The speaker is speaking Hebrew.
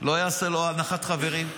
לא יעשה לו הנחת חברים?